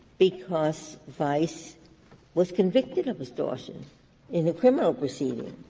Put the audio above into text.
because vice was convicted of extortion in a criminal proceeding?